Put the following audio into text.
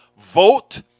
Vote